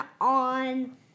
on